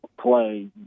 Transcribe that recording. play